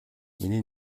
миний